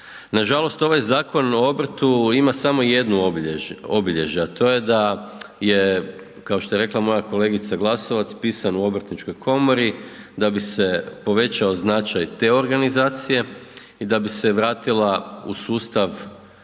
Nažalost ovaj Zakon o obrtu ima samo jedno obilježje, a to je da je kao što je rekla moja kolegica Glasovac pisan u Obrtničkoj komori da bi se povećao značaj te organizacije i da bi se vratila u sustav obrazovanja